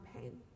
pain